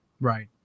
Right